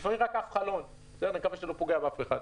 לפעמים רק עף חלון ונקווה שהוא לא פוגע באף אחד,